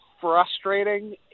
frustrating